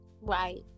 Right